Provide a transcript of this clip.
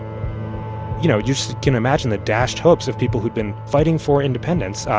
you know, you just can imagine the dashed hopes of people who'd been fighting for independence.